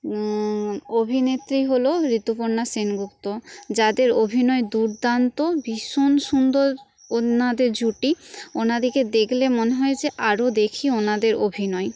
অভিনেত্রী হল ঋতুপর্ণা সেনগুপ্ত যাদের অভিনয় দুর্দান্ত ভীষণ সুন্দর ওনাদের জুটি ওনাদিকে দেখলে মনে হয় যে যেন আরও দেখি ওনাদের অভিনয়